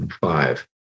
Five